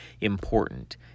important